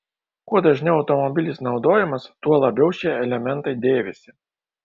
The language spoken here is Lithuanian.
kuo dažniau automobilis naudojamas tuo labiau šie elementai dėvisi